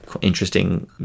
Interesting